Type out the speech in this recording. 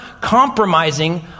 compromising